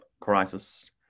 crisis